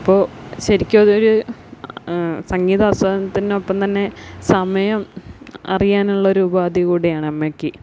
അപ്പോൾ ശരിക്കും അത് ഒരു സംഗീതാസ്വാദനത്തിനൊപ്പം തന്നെ സമയം അറിയാനുള്ള ഒരു ഉപാധി കൂടിയാണ് അമ്മയ്ക്ക്